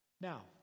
Now